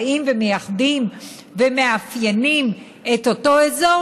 באים ומייחדים ומאפיינים את אותו אזור,